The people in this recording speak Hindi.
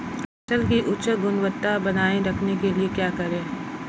फसल की उच्च गुणवत्ता बनाए रखने के लिए क्या करें?